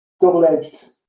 double-edged